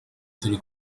turi